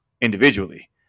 individually